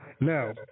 now